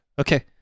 Okay